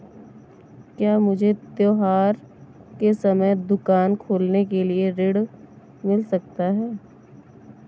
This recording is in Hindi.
क्या मुझे त्योहार के समय दुकान खोलने के लिए ऋण मिल सकता है?